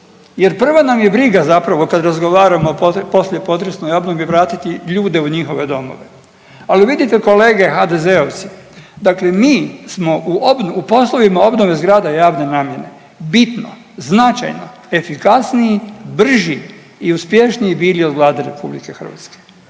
jer prva nam je briga zapravo kad razgovaramo o poslije potresnoj obnovi vratiti ljude u njihove domove. Ali vidite kolege HDZ-ovci dakle mi smo u poslovima obnove zgrada javne namjene bitno, značajno efikasniji, brži i uspješniji bili od Vlade RH, pa ipak